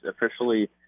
officially